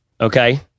okay